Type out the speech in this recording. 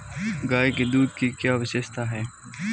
गाय के दूध की क्या विशेषता है?